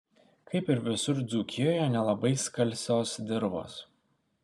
kaip ir visur dzūkijoje nelabai skalsios dirvos